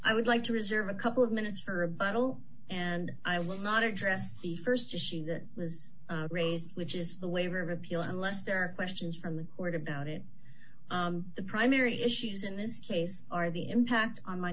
i would like to reserve a couple of minutes for a bottle and i will not address the st issue that was raised which is the waiver of appeal unless there are questions from the court about it the primary issues in this case are the impact on my